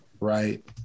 right